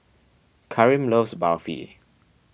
Karim loves Barfi